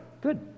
Good